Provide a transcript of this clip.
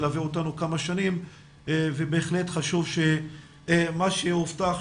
מלווה אותנו כמה שנים ובהחלט חשוב שמה שהובטח,